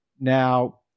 Now